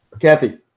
Kathy